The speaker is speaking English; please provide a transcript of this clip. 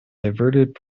diverted